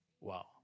Wow